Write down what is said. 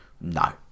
no